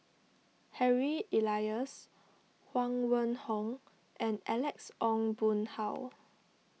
Harry Elias Huang Wenhong and Alex Ong Boon Hau